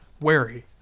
wary